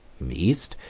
in the east,